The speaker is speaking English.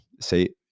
say